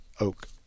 oak